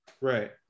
right